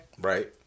right